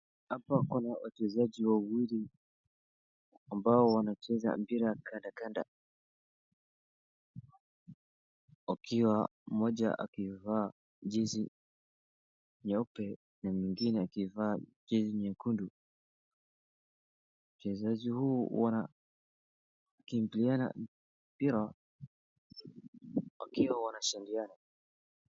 Hapa kuna wachezaji wawili ambao wanacheza mpira wa kandanda mmoja akivaa jezi nyeupe na mwingine akivaa jezi nyekundu mchezaji huyu wanakimbia na mpira wakiwa wanashindana.